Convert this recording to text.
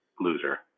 loser